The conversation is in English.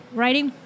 writing